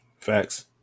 Facts